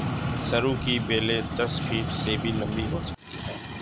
सरू की बेलें दस फीट से भी लंबी हो सकती हैं